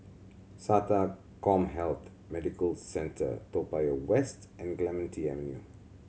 SATA CommHealth Medical Centre Toa Payoh West and Clementi Avenue